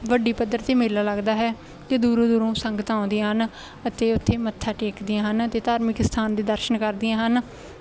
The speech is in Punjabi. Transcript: ਵੱਡੀ ਪੱਧਰ 'ਤੇ ਮੇਲਾ ਲੱਗਦਾ ਹੈ ਅਤੇ ਦੂਰੋਂ ਦੂਰੋਂ ਸੰਗਤਾਂ ਆਉਂਦੀਆਂ ਹਨ ਅਤੇ ਉੱਥੇ ਮੱਥਾ ਟੇਕਦੀਆਂ ਹਨ ਅਤੇ ਧਾਰਮਿਕ ਸਥਾਨ ਦੇ ਦਰਸ਼ਨ ਕਰਦੀਆਂ ਹਨ